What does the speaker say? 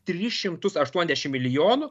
tris šimtus aštuoniasdešim milijonų